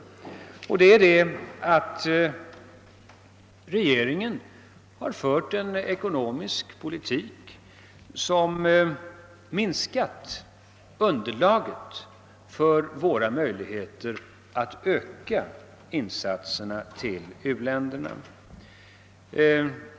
Detta beror på att regeringen har fört en ekonomisk politik som minskat underlaget för våra möjligheter att öka insatserna till u-länderna.